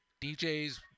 DJs